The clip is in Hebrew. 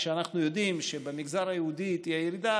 כשאנחנו יודעים שבמגזר היהודי תהיה ירידה,